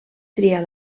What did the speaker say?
triar